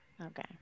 Okay